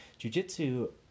jujitsu